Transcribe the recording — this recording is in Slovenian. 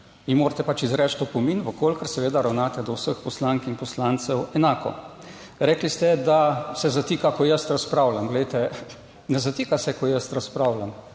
ji morate izreči opomin v kolikor seveda ravnate do vseh poslank in poslancev enako. Rekli ste, da se zatika, ko jaz razpravljam. Glejte ne zatika se, ko jaz razpravljam,